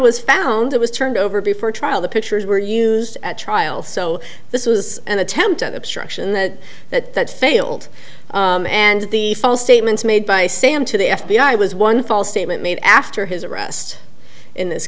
was found it was turned over before trial the pictures were used at trial so this was an attempt at obstruction that that failed and the false statements made by sam to the f b i was one false statement made after his arrest in this